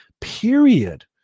period